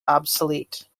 obsolete